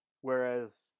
Whereas